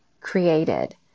created